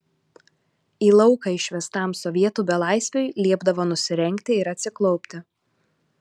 į lauką išvestam sovietų belaisviui liepdavo nusirengti ir atsiklaupti